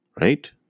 Right